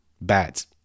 Bats